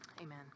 Amen